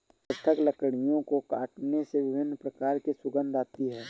पृथक लकड़ियों को काटने से विभिन्न प्रकार की सुगंध आती है